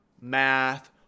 math